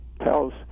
tells